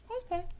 Okay